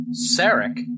Sarek